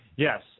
Yes